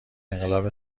انقلاب